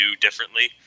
differently